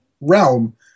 realm